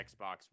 Xbox